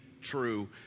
true